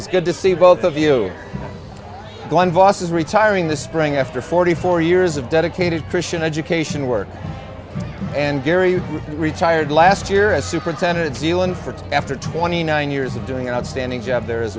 it's good to see both of you one boss is retiring this spring after forty four years of dedicated christian education work and gary retired last year as superintendent zealand for after twenty nine years of doing an outstanding job there